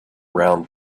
round